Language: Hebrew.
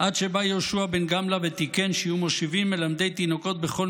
"עד שבא יהושע בן גמלא ותיקן שיהיו מושיבין מלמדי תינוקות בכל